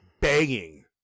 banging